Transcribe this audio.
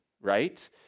right